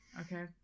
Okay